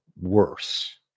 worse